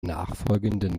nachfolgenden